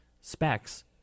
specs